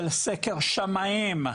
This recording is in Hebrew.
של סקר שמאים,